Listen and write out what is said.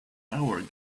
hour